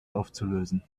aufzulösen